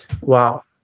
Wow